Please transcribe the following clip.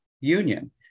union